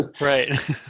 Right